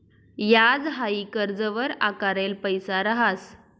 याज हाई कर्जवर आकारेल पैसा रहास